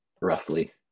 roughly